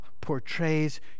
portrays